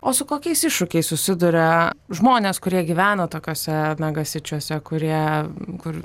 o su kokiais iššūkiais susiduria žmonės kurie gyvena tokiuose mega sičiuose kurie kur